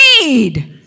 need